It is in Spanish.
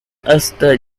hasta